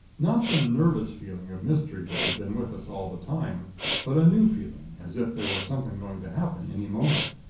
not the nervous feeling of mystery that had been with us all the time but a new feeling, as if there were something going to happen any moment.